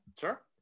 Sure